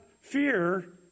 fear